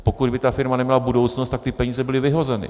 Pokud by ta firma neměla budoucnost, tak ty peníze by byly vyhozeny.